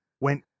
went